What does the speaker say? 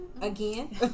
again